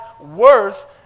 worth